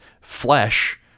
flesh